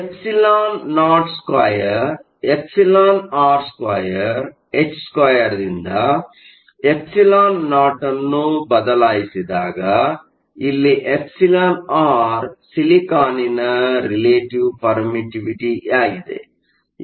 εo 2 εr 2 h2 ದಿಂದ εo ನ್ನು ಬದಲಾಯಿಸಿದಾಗ ಇಲ್ಲಿ εr ಸಿಲಿಕಾನ್ನ ರಿಲೇಟಿವ್ ಪರ್ಮಿಟ್ಟಿವಿಟಿಯಾಗಿದೆ